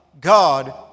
God